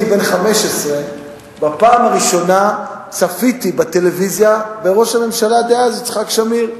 בן 15 צפיתי בטלוויזיה בפעם הראשונה בראש הממשלה דאז יצחק שמיר.